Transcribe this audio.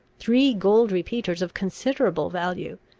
three gold repeaters of considerable value,